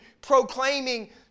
proclaiming